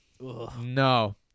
No